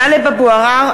(קוראת בשמות חברי הכנסת) טלב אבו עראר,